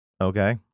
Okay